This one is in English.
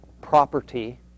property